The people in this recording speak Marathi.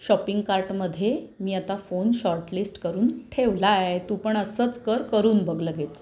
शॉपिंग कार्टमध्ये मी आता फोन शॉर्टलिस्ट करून ठेवला आहे तू पण असंच कर करून बघ लगेच